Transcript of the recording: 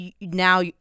now